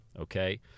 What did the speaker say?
okay